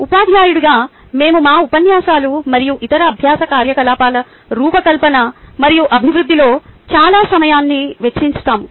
ఉపాధ్యాయుడిగా మేము మా ఉపన్యాసాలు మరియు ఇతర అభ్యాస కార్యకలాపాల రూపకల్పన మరియు అభివృద్ధిలో చాలా సమయాన్ని వెచ్చిస్తాము